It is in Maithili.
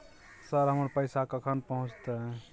सर, हमर पैसा कखन पहुंचतै?